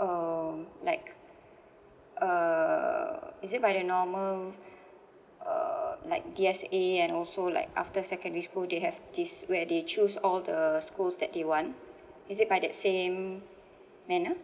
um like uh is it by the normal uh like D_S_A and also like after secondary school they have this where they choose all the schools that they want is it by that same manner